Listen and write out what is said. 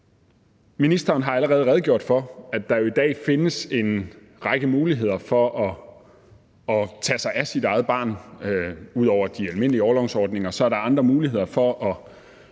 Ministeren har allerede redegjort for, at der i dag findes en række muligheder for at tage sig af sit eget barn. Ud over de almindelige orlovsordninger er der andre muligheder for at